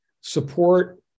support